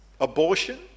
abortion